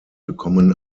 bekommen